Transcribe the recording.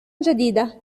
جديدة